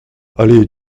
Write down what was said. allée